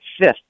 fifth